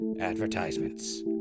advertisements